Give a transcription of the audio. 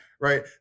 right